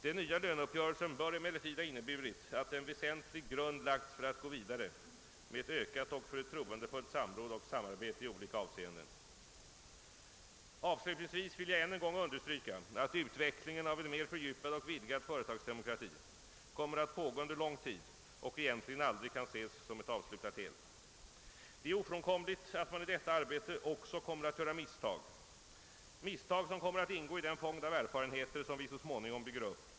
Den nya löneuppgörelsen bör emellertid ha inneburit att en väsentlig grund lagts för att gå vidare med ett ökat och förtroendefullt samråd och samarbete i olika avseenden. Avslutningsvis vill jag än en gång understryka att utvecklingen av en mer fördjupad och vidgad företagsdemokrati kommer att pågå under en lång tid och egentligen aldrig kan ses som ett avslutat helt. Det är ofrånkomligt att man i detta arbete också kommer att göra misstag, misstag som kommer att ingå i den fond av erfarenheter som vi så småningom bygger upp.